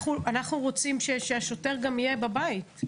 אנחנו רוצים שהשוטר גם יהיה בבית.